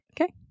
okay